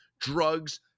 drugs